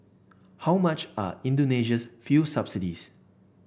how much are Indonesia's fuel subsidies